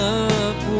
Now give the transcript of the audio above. up